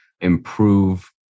improve